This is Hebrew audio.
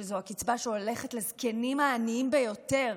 שזו הקצבה שהולכת לזקנים העניים ביותר,